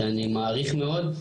שאני מעריך מאוד,